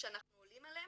כשאנחנו עולים עליהם,